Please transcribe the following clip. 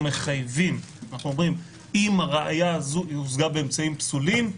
נחייב את בית המשפט ונקבע שאם הראיה הושגה באמצעים פסולים,